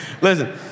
listen